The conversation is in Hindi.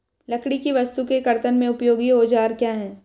लकड़ी की वस्तु के कर्तन में उपयोगी औजार क्या हैं?